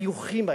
החיוכים האלה,